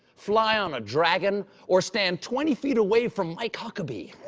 fly on a dragon or stand twenty feet away from mike huckabee.